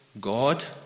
God